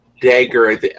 dagger